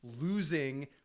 losing